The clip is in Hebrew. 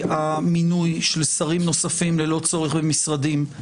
המינוי של שרים נוספים ללא צורך במשרדים,